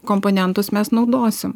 komponentus mes naudosim